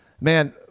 man